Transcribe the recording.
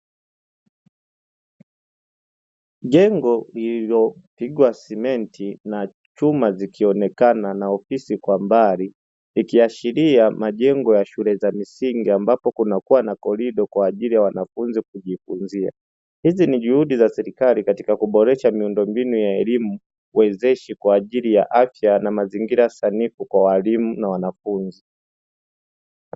Jengo lililopigwa simenti na chuma zikionekana na ofisi kwa mbali, ikiashiria majengo ya shule za misingi ambapo kunakuwa na korido kwa ajili ya wanafunzi kujifunzia, hizi ni juhudi za serikalii katika kuboresha miundombinu ya elimu wezeshi kwa ajili ya afya na mazingira sanifu kwa walimu na wanafunzi.